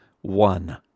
one